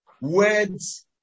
words